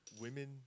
Women